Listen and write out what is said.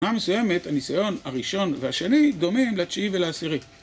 מבחינה מסוימת, הניסיון הראשון והשני, דומים לתשיעי ולעשירי.